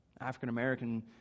African-American